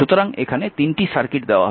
সুতরাং এখানে 3টি সার্কিট দেওয়া হয়েছে